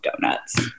donuts